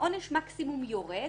עונש המקסימום יורד